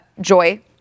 Joy